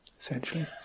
essentially